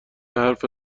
حرف